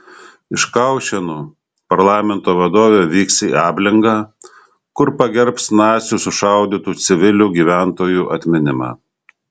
iš kaušėnų parlamento vadovė vyks į ablingą kur pagerbs nacių sušaudytų civilių gyventojų atminimą